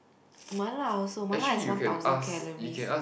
mala also mala is one thousand calories